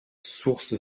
sources